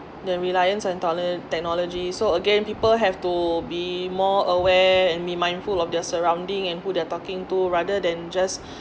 the reliance and techlo~ technology so again people have to be more aware and be mindful of their surrounding and who they're talking to rather than just